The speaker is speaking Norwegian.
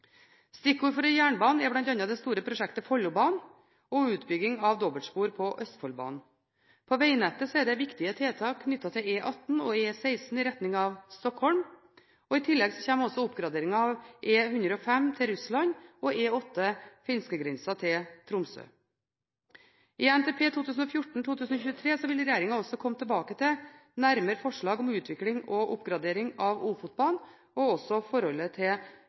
Stikkord for jernbanen er bl.a. det store prosjektet Follobanen og utbygging av dobbeltspor på Østfoldbanen. På vegnettet er det viktige tiltak knyttet til E18 og E16 i retning Stockholm. I tillegg kommer oppgraderingen av E105 til Russland og E8 finskegrensa til Tromsø. I NTP 2014–2023 vil regjeringen også komme tilbake med nærmere forslag om utvikling og oppgradering av Ofotbanen, og også forholdet til